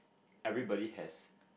everybody has